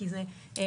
כי זה מסווג,